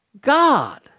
God